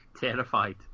terrified